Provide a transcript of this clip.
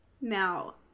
now